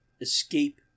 escape